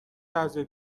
لحظه